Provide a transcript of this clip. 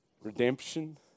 redemption